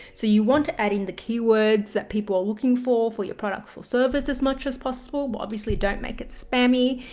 so you want to add in the keywords that people are looking for. for your products or services as much as possible, but obviously don't make it spammy.